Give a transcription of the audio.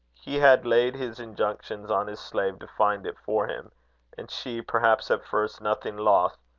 he had laid his injunctions on his slave to find it for him and she, perhaps at first nothing loath,